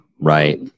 right